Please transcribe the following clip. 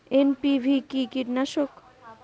NPV কি কীটনাশক?